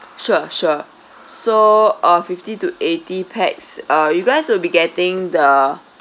sure sure so uh fifty to eighty pax uh you guys will be getting the